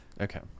Okay